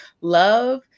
love